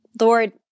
Lord